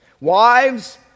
Wives